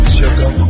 sugar